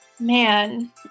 Man